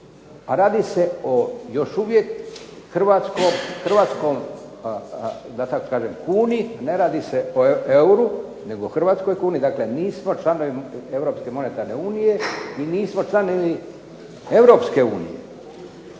radi se o još uvijek hrvatskoj da tako kažem kuni, ne radi se o euri nego hrvatskoj kuni, dakle nismo članovi Europske monetarne unije i nismo članovi Europske unije.